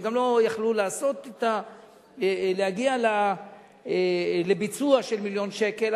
הם גם לא יכלו לעשות ולהגיע לביצוע של מיליון שקל,